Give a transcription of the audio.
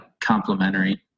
complementary